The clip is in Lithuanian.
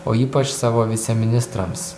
o ypač savo viceministrams